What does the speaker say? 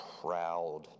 proud